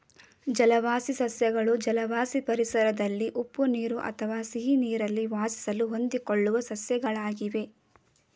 ಜಲವಾಸಿ ಸಸ್ಯಗಳು ಜಲವಾಸಿ ಪರಿಸರದಲ್ಲಿ ಉಪ್ಪು ನೀರು ಅಥವಾ ಸಿಹಿನೀರಲ್ಲಿ ವಾಸಿಸಲು ಹೊಂದಿಕೊಳ್ಳುವ ಸಸ್ಯಗಳಾಗಿವೆ